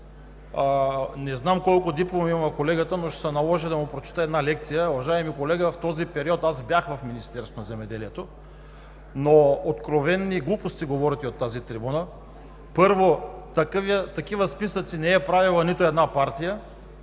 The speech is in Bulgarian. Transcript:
Не знам колко дипломи има колегата, но ще се наложи да му прочета една лекция. Уважаеми колега, в този период аз бях в Министерството на земеделието, храните и горите. Откровени глупости говорите от тази трибуна. Първо, такива списъци не е правила нито една партия